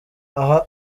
aho